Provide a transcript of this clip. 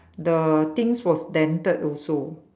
the things was dented also